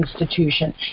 institution